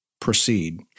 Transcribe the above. Proceed